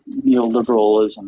neoliberalism